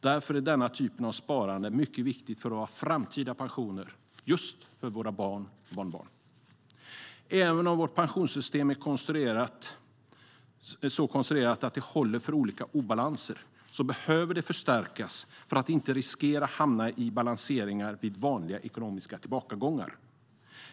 Därför är denna typ av sparande mycket viktigt för våra framtida pensioner, just för våra barn och barnbarn. Även om vårt pensionssystem är så konstruerat att det håller för olika obalanser behöver det förstärkas för att inte riskera att hamna i balanseringar vid vanliga ekonomiska tillbakagångar.